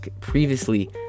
previously